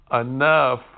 enough